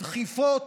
דחיפות,